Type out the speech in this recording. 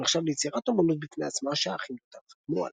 והוא נחשב ליצירת אמנות בפני עצמה שהאחים דותן חתמו עליו.